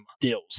deals